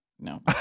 no